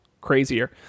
crazier